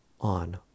on